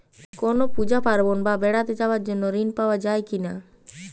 কোনো পুজো পার্বণ বা বেড়াতে যাওয়ার জন্য ঋণ পাওয়া যায় কিনা?